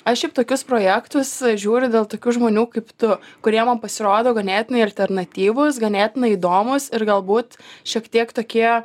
aš šiaip tokius projektus žiūriu dėl tokių žmonių kaip tu kurie man pasirodo ganėtinai alternatyvūs ganėtinai įdomūs ir galbūt šiek tiek tokie